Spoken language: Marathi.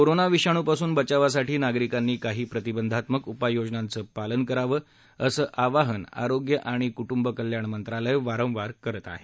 कोरोना विषाणुपासून बचावासाठी नागरिकांनी काही प्रतिबंधात्मक उपाययोजनांचं पालन करावं असं आवाहन आरोग्य आणि कुटुंब कल्याण मंत्रालय वारंवार करत आहे